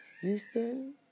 Houston